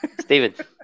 Stephen